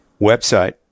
website